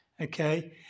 okay